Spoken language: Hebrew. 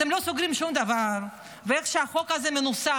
אתם לא סוגרים שום דבר, ואיך שהחוק הזה מנוסח,